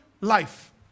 life